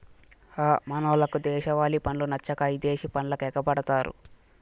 హ మనోళ్లకు దేశవాలి పండ్లు నచ్చక ఇదేశి పండ్లకెగపడతారు